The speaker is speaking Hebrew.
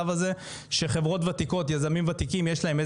יש להם איזושהי דלת פתוחה לכל מיני קרנות,